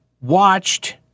watched